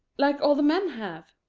like all the men have.